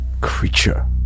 creature